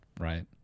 right